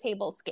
tablescape